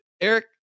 Eric